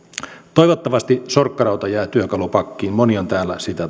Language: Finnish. toivottavasti sorkkarauta jää työkalupakkiin moni on täällä sitä